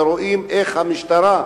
ורואים איך המשטרה,